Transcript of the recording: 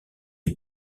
est